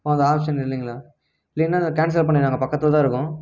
ஓ அந்த ஆப்ஷன் இல்லைங்களா இல்லைனால் அதை கேன்சல் பண்ணுங்கள் நாங்கள் பக்கத்தில் தான் இருக்கோம்